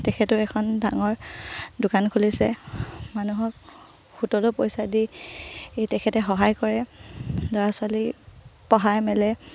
তেখেতেও এখন ডাঙৰ দোকান খুলিছে মানুহক সুতলৈ পইচা দি তেখেতে সহায় কৰে ল'ৰা ছোৱালী পঢ়াই মেলে